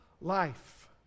life